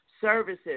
services